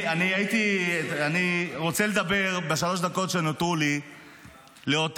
אני רוצה לדבר בשלוש הדקות שנותרו לי לאותה